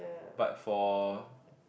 but for